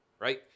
right